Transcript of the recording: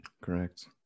Correct